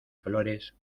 flores